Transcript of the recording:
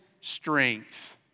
strength